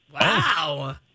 Wow